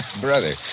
Brother